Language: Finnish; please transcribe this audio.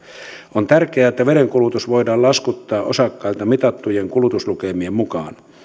on tärkeää että vedenkulutus voidaan laskuttaa osakkailta mitattujen kulutuslukemien mukaan